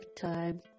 time